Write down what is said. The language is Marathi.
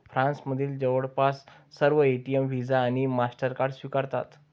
फ्रान्समधील जवळपास सर्व एटीएम व्हिसा आणि मास्टरकार्ड स्वीकारतात